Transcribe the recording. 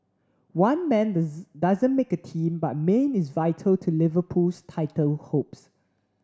one man doesn't make a team but Mane is vital to Liverpool's title hopes